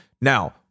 now